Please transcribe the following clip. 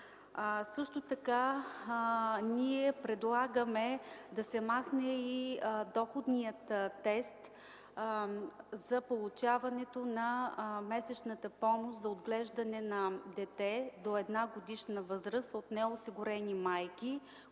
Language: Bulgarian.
процес. Предлагаме да се махне и доходният тест за получаване на месечната помощ за отглеждане на дете до 1-годишна възраст с неосигурени майки,